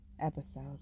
episode